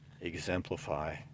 exemplify